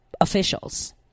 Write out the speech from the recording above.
officials